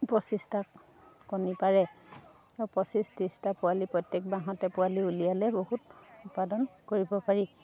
পঁচিছটা কণী পাৰে পঁচিছ ত্ৰিছটা পোৱালি প্ৰত্যেক বাঁহতে পোৱালি উলিয়ালে বহুত উৎপাদন কৰিব পাৰি